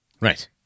right